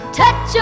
touch